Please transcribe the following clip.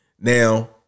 Now